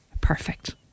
perfect